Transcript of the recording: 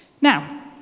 now